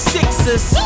Sixers